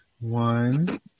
One